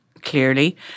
clearly